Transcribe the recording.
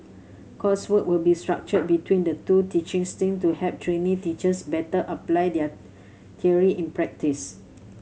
coursework will be structured between the two teaching stint to help trainee teachers better apply their theory in practice